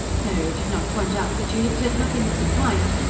mary did not point out that she had said nothing of the kind,